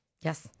Yes